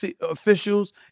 officials